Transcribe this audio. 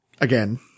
again